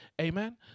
Amen